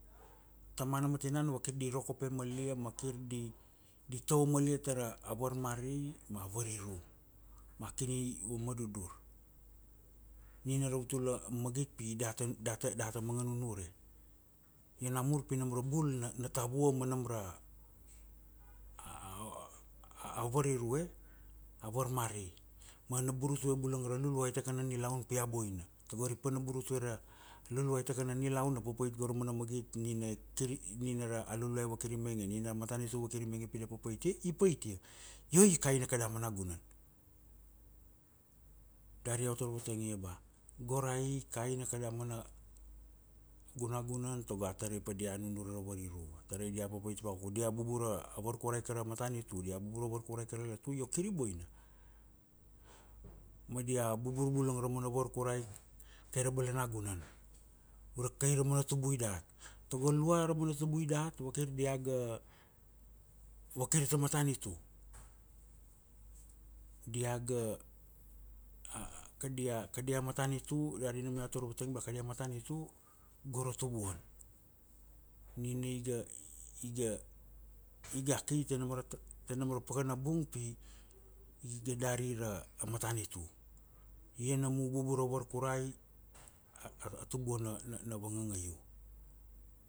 tamana ma tinana vakir dir okope mal ia, ma kir di tau tara, a varmari ma a variru. Ma kini, vama dudur. Nina rautula magit pi data data data manga nunure. Io namur pi nam ra bul na, na tavua ma nam ra, a,a variru e? A varmari. Ma na burutue bulanga ra Luluai takana nilaun, pi a boina. Tago ari pana burutue ra, a Luluai takana nilaun, na papait go ra mana magit nina, kiri, nina ra a Luluai vakiri mainge. Nina a matanitu vakiri mainge pi na papaitia, i paitia. Io i kaina nada mana gunan. Dari ba iau tar vatang ia ba, go ra e i kaina kada mana gunagunan tago a tarai padia nunure ra variru. Tarai dia papait vakuku. Dia bubura a varkurai kai ra matanitu. Dia bubur ra varkurai kai ra latu io kiri boina. Ma dia bubur bulanga ra mana varkurai, kai ra balanagunan. Kai ra mana tubui dat. Togo lua ra mana tubui dat vakir diaga, vakir ta matanitu. Diaga, kadia, kadia matanitu da ri nam iau tar vatangia ba kadia matanitu, go ra tubuan. Nina iga, iga, iga ki tanam ra, tanam ra pakan bung pi, iga dari ra, a matanitu. Ia nam u bubur ra varkurai, a, a tubuan na, na vanganga iu.